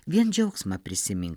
vien džiaugsmą prisimink